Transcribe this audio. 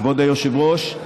כבוד היושב-ראש,